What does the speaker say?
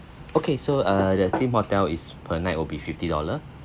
okay so err the same hotel is per night will be fifty dollar